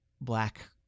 black